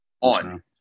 on